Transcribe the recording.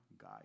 guy